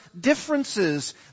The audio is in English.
differences